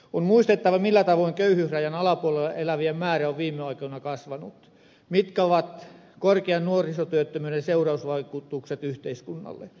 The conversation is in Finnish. on muistettava millä tavoin köyhyysrajan alapuolella elävien määrä on viime aikoina kasvanut ja mitkä ovat korkean nuorisotyöttömyyden seurausvaikutukset yhteiskunnalle